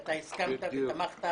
ואתה הסכמת ותמכת